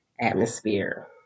atmosphere